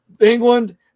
England